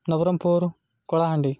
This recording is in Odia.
ନବରଙ୍ଗପୁର କଳାହାଣ୍ଡି